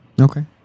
Okay